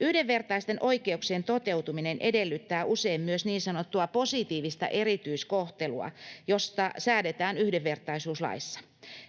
Yhdenvertaisten oikeuksien toteutuminen edellyttää usein myös niin sanottua positiivista erityiskohtelua, josta säädetään yhdenvertaisuuslaissa.